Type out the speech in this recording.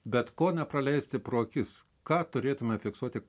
bet ko nepraleisti pro akis ką turėtume fiksuoti